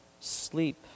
sleep